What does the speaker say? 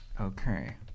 Okay